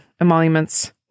emoluments